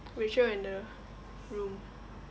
rachel and the room